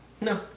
No